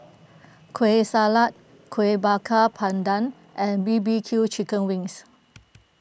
Kueh Salat Kuih Bakar Pandan and B B Q Chicken Wings